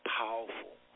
powerful